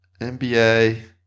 NBA